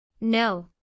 No